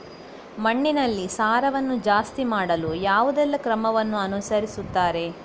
ಮಣ್ಣಿನಲ್ಲಿ ಸಾರವನ್ನು ಜಾಸ್ತಿ ಮಾಡಲು ಯಾವುದೆಲ್ಲ ಕ್ರಮವನ್ನು ಅನುಸರಿಸುತ್ತಾರೆ